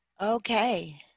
Okay